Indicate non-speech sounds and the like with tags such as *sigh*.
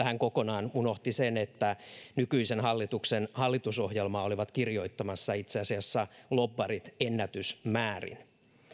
*unintelligible* hän kokonaan unohti sen että nykyisen hallituksen hallitusohjelmaa olivat kirjoittamassa itse asiassa lobbarit ennätysmäärin